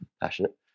passionate